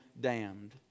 damned